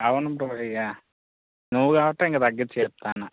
అవును బ్రో ఇక నువ్వు కాబట్టి ఇంకా తగ్గించి చెప్తున్నాను